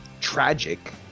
Tragic